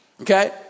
Okay